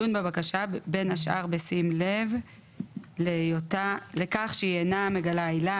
לו והוא ידון בבקשה בין השאר בשים לב לכך שהיא אינה מגלה עילה